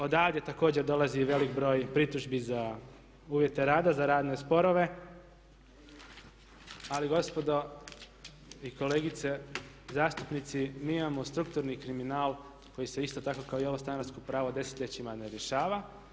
Odavde također dolazi i velik broj pritužbi za uvjete rada, za radne sporove, ali gospodo i kolegice zastupnici mi imamo strukturni kriminal koji se isto tako kao i ovo stanarsko pravo desetljećima ne rješava.